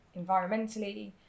environmentally